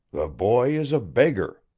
the boy is a beggar,